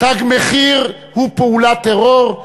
"תג מחיר" הוא פעולת טרור,